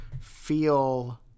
feel